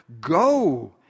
Go